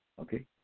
okay